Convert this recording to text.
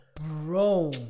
Bro